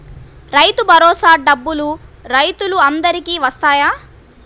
రైతు భరోసా డబ్బులు రైతులు అందరికి వస్తాయా?